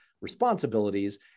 responsibilities